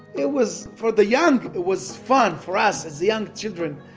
it was, for the young, it was fun, for us as young children.